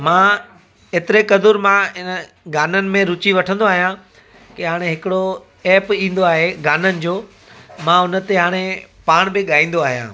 मां एतिरे कदुर मां हिन गाननि में रुची वठंदो आहियां की हाणे हिकिड़ो एप ईंदो आहे गाननि जो मां हुन ते हाणे पाणि बि ॻाईंदो आहियां